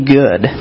good